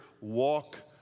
Walk